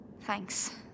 Thanks